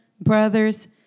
brothers